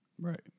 right